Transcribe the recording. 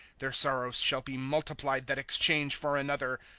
their sorrows shall be multiplied that exchange for another.